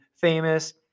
famous